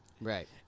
Right